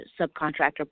subcontractor